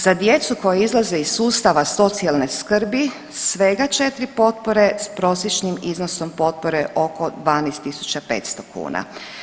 Za djecu koja izlaze iz sustava socijalne skrbi svega 4 potpore s prosječnim iznosom potpore oko 12.500 kuna.